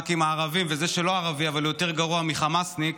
וזה שהוא לא ערבי הוא יותר גרוע מחמאסניק,